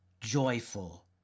joyful